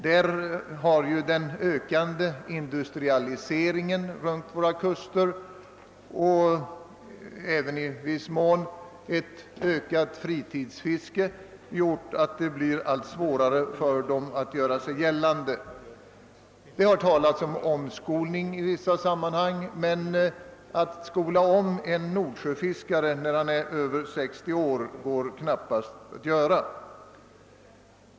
Där har den ökande industrialiseringen runt våra kuster och i viss mån även ett ökat fritidsfiske gjort att det blir allt svårare för dem att göra sig gällande. Det har talats om omskolning 1 vissa sammanhang, men att omskola en nordsjöfiskare när han är över 60 år låter sig knappast göra.